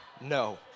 no